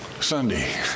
Sunday